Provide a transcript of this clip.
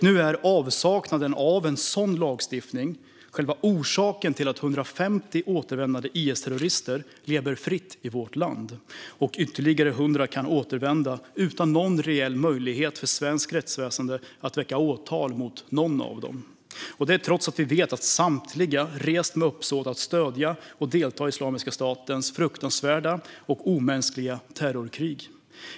Nu är avsaknaden av en sådan lagstiftning själva orsaken till att 150 återvändande IS-terrorister lever fritt i vårt land och ytterligare 100 kan återvända utan någon reell möjlighet för svenskt rättsväsen att väcka åtal mot någon av dem. Det sker trots att vi vet att samtliga rest med uppsåt att stödja och delta i Islamiska statens fruktansvärda och omänskliga terrorkrig.